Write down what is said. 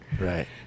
Right